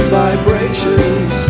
vibrations